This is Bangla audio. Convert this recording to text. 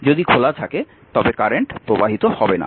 যদি খোলা থাকে তবে কারেন্ট প্রবাহিত হবে না